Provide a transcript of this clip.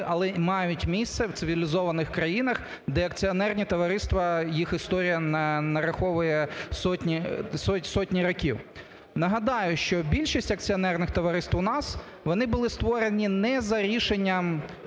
але мають місце в цивілізованих країнах, де акціонерні товариства, їх історія нараховує сотні років. Нагадаю, що більшість акціонерних товариств у нас, вони були створені не за рішенням